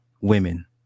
women